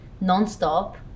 non-stop